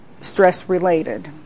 stress-related